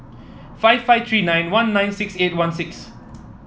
five five three nine one nine six eight one six